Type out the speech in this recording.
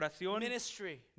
ministry